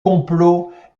complot